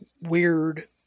weird